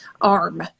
arm